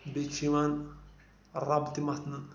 بیٚیہِ چھِ یِوان رَب تہِ مَتھنہٕ